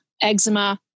eczema